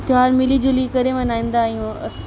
त्योहार मिली जुली करे मल्हाईंदा आहियूं अस